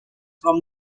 from